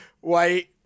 white